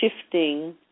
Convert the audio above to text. shifting